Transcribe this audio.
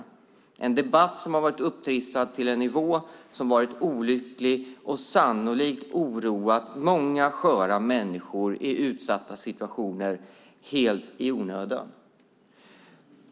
Det är en debatt som har varit upptrissad till en nivå som har varit olycklig och som sannolikt oroat många sköra människor i utsatta situationer helt i onödan.